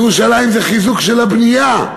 ירושלים זה חיזוק של הבנייה.